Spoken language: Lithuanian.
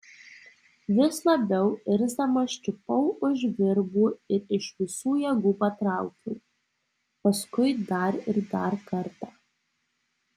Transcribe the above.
vis labiau irzdamas čiupau už virbų ir iš visų jėgų patraukiau paskui dar ir dar kartą